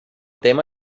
tema